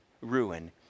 ruin